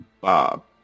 Bob